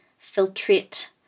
filtrate